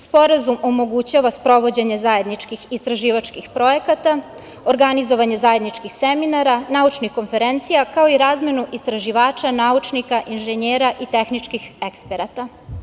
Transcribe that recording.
Sporazum omogućava sprovođenje zajedničkih istraživačkih projekata, organizovanje zajedničkih seminara, naučnih konferencija, kao i razmenu istraživača, naučnika, inženjera i tehničkih eksperata.